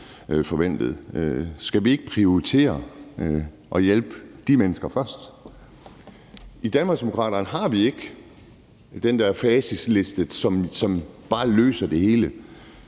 Skal vi ikke prioritere at hjælpe de mennesker først? I Danmarksdemokraterne har vi ikke den der facitliste, som bare har